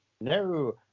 No